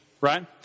right